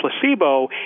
placebo